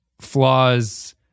flaws